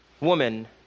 Woman